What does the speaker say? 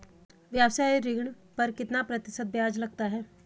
व्यावसायिक ऋण पर कितना प्रतिशत ब्याज लगता है?